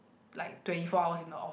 like twenty four hours in a off